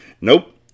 Nope